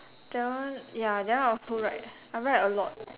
that one ya that one I also write I write a lot